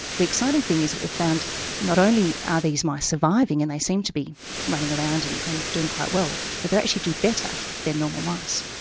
the exciting thing is that we've found not only are these mice surviving and they seem to be running around and and doing quite well, but they actually do better than normal mice.